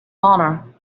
honor